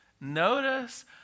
Notice